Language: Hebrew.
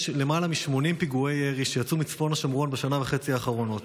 יש למעלה מ-80 פיגועי ירי שיצאו מצפון השומרון בשנה וחצי האחרונות.